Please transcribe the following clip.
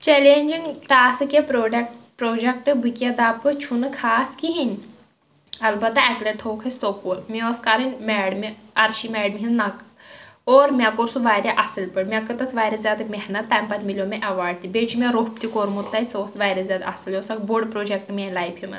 challenging task یا product پرٛوجیٛکٹہٕ بہٕ کیٛاہ دَپہٕ چھُنہٕ خاص کِہیٖنۍ البتہ اَکہِ لَٹہِ تھووُکھ اسہِ سکوٗل مےٚ ٲس کَرٕنۍ میڈمہِ عرشی میڈمہِ ہنٛد نقٕل اور مےٚ کوٚر سُہ واریاہ اصٕل پٲٹھۍ مےٚ کٔر تَتھ واریاہ زیادٕ محنت تَمہِ پتہٕ میلیو مےٚ ایٚوارڈ تہِ بیٚیہِ چھُ مےٚ روٚف تہِ کوٚرمُت تَتہِ سُہ اوس واریاہ زیادٕ اصٕل یہِ اوس اَکھ بوٚڑ پرٛوجیٚکٹہٕ میٛانہِ لایفہِ منٛز